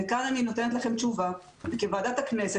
כאן אני נותנת לכם תשובה שכוועדת הכנסת